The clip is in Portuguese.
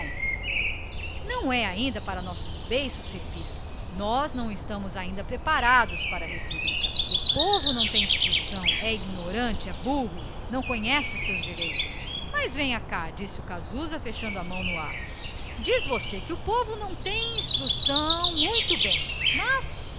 não é ainda para os nossos beiços repito nós não estamos preparados para a república o povo não tem instrução é ignorante é burro não conhece os seus direitos mas venha cá replicou o casusa fechando no ar a sua mão pálida e encardida de cigarro diz você que o povo não tem instrução muito bem mas